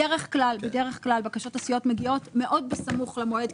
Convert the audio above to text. בדרך כלל בקשות מסיעות מגיעות מאוד בסמוך למועד,